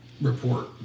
report